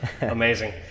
amazing